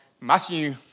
Matthew